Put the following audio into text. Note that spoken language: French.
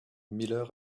miller